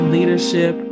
Leadership